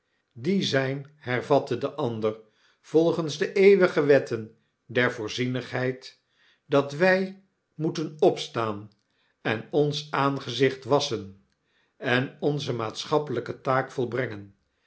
die zijn hervatte de ander volgens de eeuwige wetten der voorzienigheid dat wy moeten opstaan en ons aangezicht wasschen en onze maatschappelyke taak volbrengen